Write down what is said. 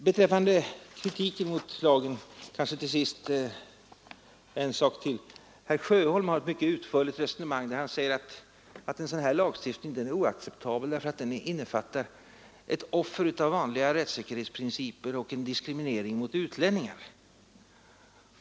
Herr Sjöholm för ett mycket utförligt resonemang där han säger att en sådan här lagstiftning är oacceptabel därför att den innefattar ett offer av vanliga rättssäkerhetsgarantier och en diskriminering av utlänningar.